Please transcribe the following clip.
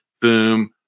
boom